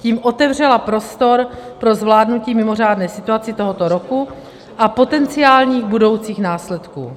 Tím otevřela prostor pro zvládnutí mimořádné situace tohoto roku a potenciálních budoucích následků.